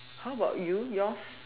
how about you yours